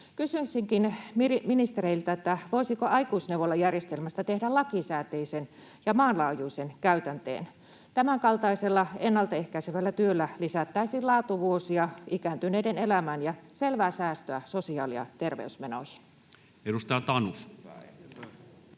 Kysyisinkin ministereiltä: voisiko aikuisneuvolajärjestelmästä tehdä lakisääteisen ja maanlaajuisen käytänteen? Tämänkaltaisella ennalta ehkäisevällä työllä lisättäisiin laatuvuosia ikääntyneiden elämään ja selvää säästöä sosiaali- ja terveysmenoihin. [Speech 185]